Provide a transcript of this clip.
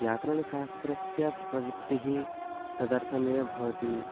व्याकरणशास्त्रस्य प्रवृत्तिः तदर्थमेव् भवति